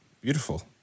beautiful